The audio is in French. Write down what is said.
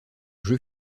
jeu